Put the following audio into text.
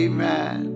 Amen